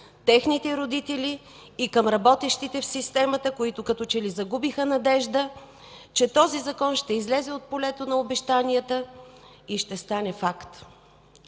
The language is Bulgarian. техните родители и към работещите в системата, които като че ли загубиха надежда, че този закон ще излезе от полето на обещанията и ще стане факт.